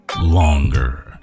longer